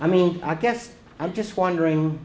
i mean i guess i'm just wondering